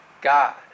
God